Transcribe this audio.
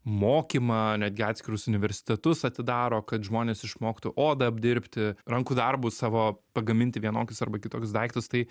mokymą netgi atskirus universitetus atidaro kad žmonės išmoktų odą apdirbti rankų darbu savo pagaminti vienokius arba kitokius daiktus tai